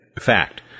Fact